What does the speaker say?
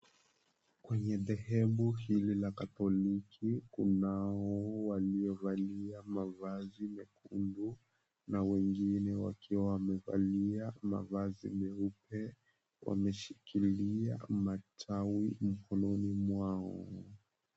Kwenye dhehebu hili la katholiki, kunao waliovalia mavazi mekundu na wengine wakiwa wamevalia mavazi meupe, wameshikilia matawi mikononi mwao.